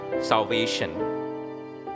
salvation